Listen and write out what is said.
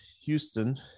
Houston